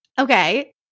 Okay